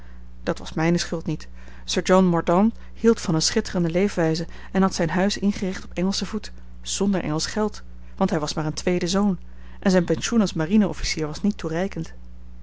dat was mijne schuld niet sir john mordaunt hield van eene schitterende leefwijze en had zijn huis ingericht op engelschen voet zonder engelsch geld want hij was maar een tweede zoon en zijn pensioen als marine officier was niet toereikend